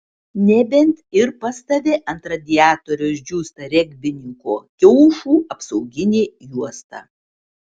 nebent ir pas tave ant radiatoriaus džiūsta regbininko kiaušų apsauginė juosta